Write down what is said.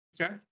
Okay